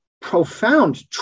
profound